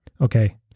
Okay